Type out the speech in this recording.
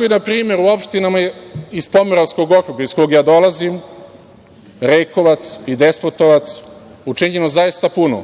je, na primer, i u opštinama iz Pomoravskog okruga, iz koga ja dolazim, Rekovac i Despotovac, učinjeno zaista puno.